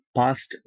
past